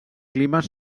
climes